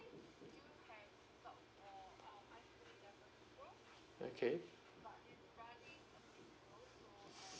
okay